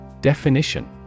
Definition